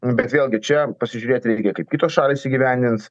nu bet vėlgi čia pasižiūrėt reikia kaip kitos šalys įgyvendins